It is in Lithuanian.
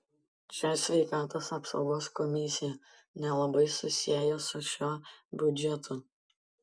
čia sveikatos apsaugos komisija nelabai susiejo su šiuo biudžetu